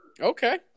Okay